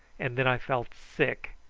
and then i felt sick,